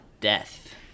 death